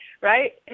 right